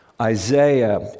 Isaiah